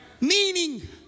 meaning